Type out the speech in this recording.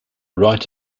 right